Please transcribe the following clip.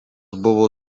buvo